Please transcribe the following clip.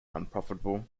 unprofitable